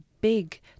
big